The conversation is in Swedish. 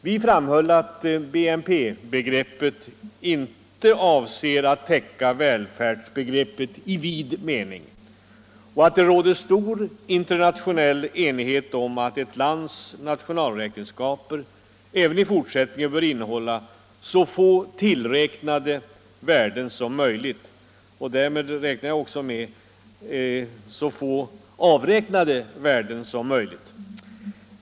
Vi framhöll att BNP begreppet inte avser att täcka välfärdsbegreppet i en vid mening och att det råder stor internationell enighet om att ett lands nationalräkenskaper även i fortsättningen bör innehålla så få tillräknade värden som möjligt — och därmed inbegriper jag också så få avräknade värden som möjligt.